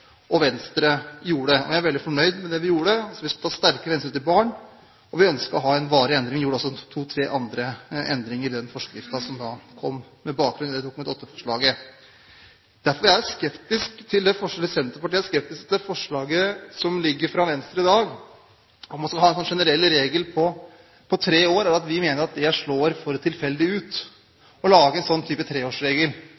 gjorde. Vi skulle altså ta sterkere hensyn til barn, og vi ønsket å ha en varig endring. Vi gjorde også to, tre andre endringer i den forskriften med bakgrunn i det Dokument nr. 8-forslaget. Derfor er Senterpartiet skeptisk til det forslaget som foreligger fra Venstre i dag, om at vi skal ha en generell regel på tre år. Vi mener at en sånn type treårsregel vil slå for tilfeldig ut. Vi mener at